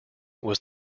was